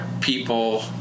people